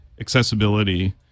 accessibility